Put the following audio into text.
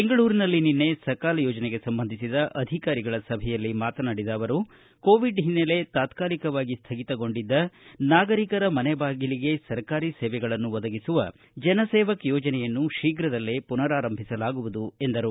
ಬೆಂಗಳೂರಿನಲ್ಲಿ ನಿನ್ನೆ ಸಕಾಲ್ ಯೋಜನೆಗೆ ಸಂಬಂಧಿಸಿದ ಅಧಿಕಾರಿಗಳ ಸಭೆಯಲ್ಲಿ ಮಾತನಾಡಿದ ಅವರು ಕೋವಿಡ್ ಹಿನ್ನೆಲೆ ತಾತ್ಕಲಿಕವಾಗಿ ಸ್ಥಗಿತಗೊಂಡಿದ್ದ ನಾಗರೀಕರ ಮನೆ ಬಾಗಿಲಿಗೆ ಸರ್ಕಾರಿ ಸೇವೆಗಳನ್ನು ಒದಗಿಸುವ ಜನಸೇವಕ ಯೋಜನೆಯನ್ನುಶೀಪ್ರದಲ್ಲೇ ಪುನರಾರಂಭಿಸಲಾಗುವುದು ಎಂದರು